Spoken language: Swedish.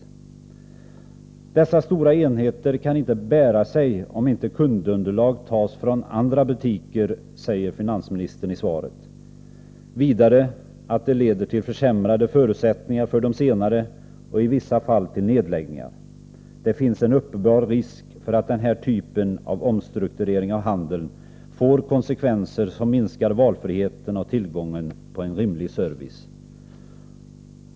Finansministern säger i svaret att dessa stora enheter inte kan bära sig om inte kundunderlag tas från andra butiker, och att detta leder till försämrade förutsättningar för de senare och i vissa fall till nedläggningar. Det finns enligt finansministern en uppenbar risk för att den här typen av omstrukturering av handeln får konsekvenser som minskar valfriheten och tillgången till en rimlig service.